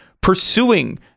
pursuing